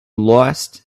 lost